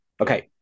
okay